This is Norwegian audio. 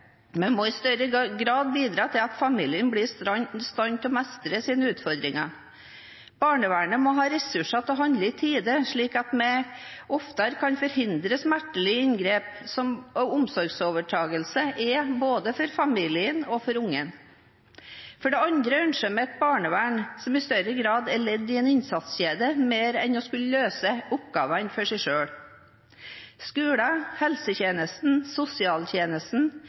må i større grad bidra til at familien blir i stand til å mestre sine utfordringer. Barnevernet må ha ressurser til å handle i tide, slik at vi oftere kan forhindre smertelige inngrep, som omsorgsovertakelse er for både familien og ungen. For det andre ønsker jeg meg et barnevern som i større grad er ledd i en innsatskjede, mer enn at det skal løse oppgavene for seg selv. Skolen, helsetjenesten, sosialtjenesten